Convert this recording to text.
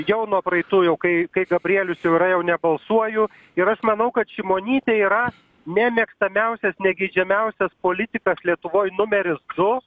jau nuo praeitų jau kai kai gabrielius jau yra jau nebalsuoju ir aš manau kad šimonytė yra nemėgstamiausias negeidžiamiausias politikas lietuvoj numeris du